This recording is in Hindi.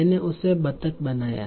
मैंने उसे बतख बनाया